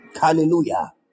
Hallelujah